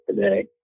today